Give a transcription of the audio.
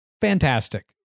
fantastic